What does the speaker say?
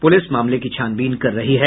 प्रलिस मामले की छानबीन कर रही है